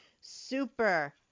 super